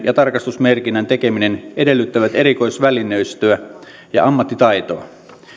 ja tarkastusmerkinnän tekeminen edellyttävät erikoisvälineistöä ja ammattitaitoa